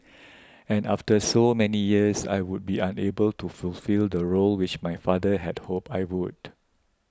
and after so many years I would be unable to fulfil the role which my father had hoped I would